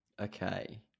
Okay